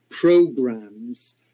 programs